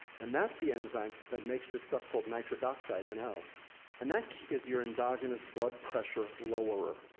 and that's the enzyme that makes the stuff called nitric oxide, and no. and that is your endogenous blood pressure lowerer.